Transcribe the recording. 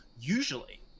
usually